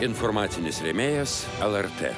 informacinis rėmėjas lrt